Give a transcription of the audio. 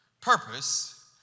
purpose